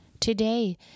Today